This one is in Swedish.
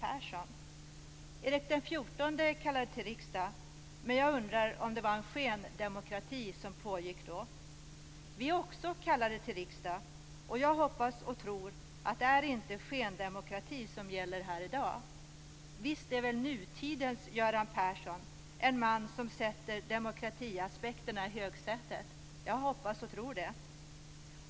Erik XIV kallade till riksdag, men jag undrar om det var en skendemokrati som då pågick. Vi är också kallade till riksdag. Jag hoppas och tror att det inte är skendemokrati som gäller här i dag. Visst är väl nutidens Göran Persson en man som sätter demokratiaspekterna i högsätet. Jag hoppas och tror det.